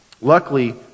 Luckily